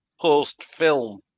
post-film